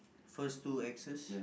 first two Xs